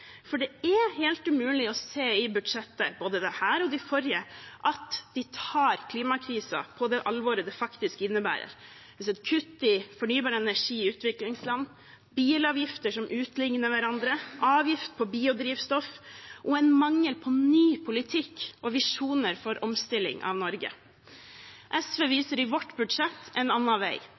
for det er helt umulig å se i dette budsjettet – og i de forrige budsjettene – at de tar klimakrisen på det alvoret det faktisk innebærer. Vi har sett kutt til fornybar energi i utviklingsland, bilavgifter som utligner hverandre, avgift på biodrivstoff og en mangel på ny politikk og visjoner for omstilling av Norge. SV viser i vårt budsjett en annen vei.